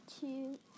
two